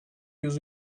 yüz